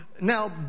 Now